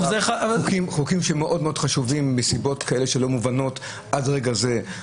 חוקים שמאוד חשובים מסיבות כאלה שלא מובנות עד לרגע זה,